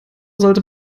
sollte